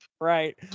Right